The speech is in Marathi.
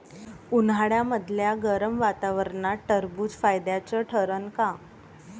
उन्हाळ्यामदल्या गरम वातावरनात टरबुज फायद्याचं ठरन का?